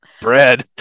bread